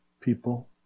people